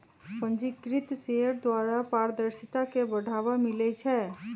पंजीकृत शेयर द्वारा पारदर्शिता के बढ़ाबा मिलइ छै